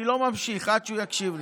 אני לא ממשיך עד שהוא יקשיב לי.